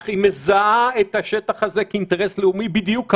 אך היא מזהה את השטח הזה כאינטרס לאומי בדיוק כמונו.